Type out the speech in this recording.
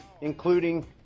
including